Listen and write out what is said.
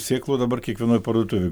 sėklų dabar kiekvienoj parduotuvėj